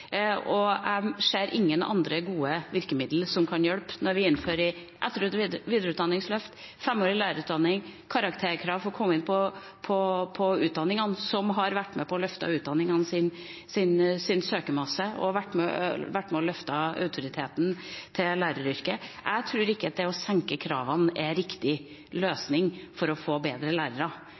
Og jeg ser ingen andre gode virkemidler som kan hjelpe når vi innfører etter- og videreutdanningsløft, femårig lærerutdanning, karakterkrav for å komme inn på utdanningene, som har vært med på å løfte utdanningenes søkermasse, og vært med på å løfte autoriteten til læreryrket. Jeg tror ikke at det å senke kravene er riktig løsning for å få bedre lærere;